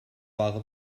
wahre